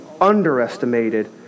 underestimated